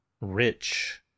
rich